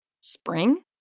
Spring